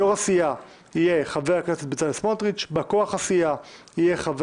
יו"ר הסיעה יהיה חבר הכנסת בצלאל סמוטריץ'; בא כוח הסיעה יהיה חבר